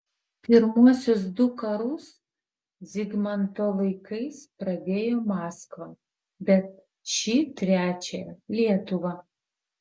pirmuosius du karus zigmanto laikais pradėjo maskva bet šį trečiąjį lietuva